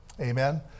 Amen